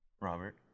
robert